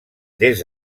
des